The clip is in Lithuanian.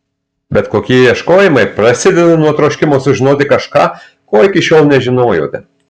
bet kokie ieškojimai prasideda nuo troškimo sužinoti kažką ko iki šiol nežinojote